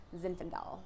Zinfandel